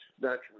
naturally